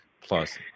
plus